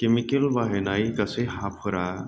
chemical बाहायनाय गासै हाफोरा